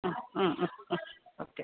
ആ ഓക്കെ